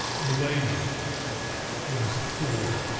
malaysia was poor.